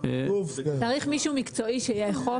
צריך מישהו מקצועי שיאכוף